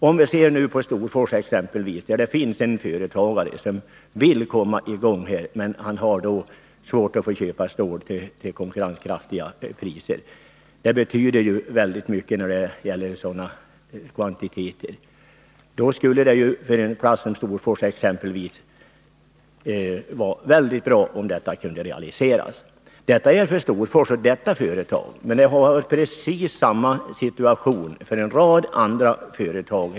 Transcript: Om vi ser på t.ex. Storfors där det finns en företagare som vill komma i gång, men som har svårt att få köpa stål till konkurrenskraftiga priser, vilket betyder väldigt mycket när det gäller sådana kvantiteter, skulle det vara bra om detta kunde realiseras. Detta gäller Storfors och detta företag, men vad jag kan förstå har vi precis samma situation för en rad andra företag.